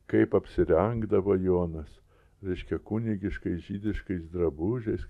kaip apsirengdavo jonas reiškia kunigiškais žydiškais drabužiais